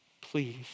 Please